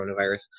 coronavirus